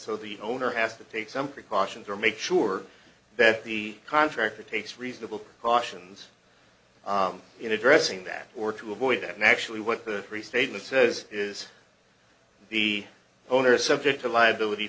so the owner has to take some precautions or make sure that the contractor takes reasonable cautions in addressing that or to avoid it and actually what the restatement says is the owner is subject to liability